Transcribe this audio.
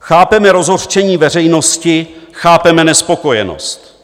Chápeme rozhořčení veřejnosti, chápeme nespokojenost.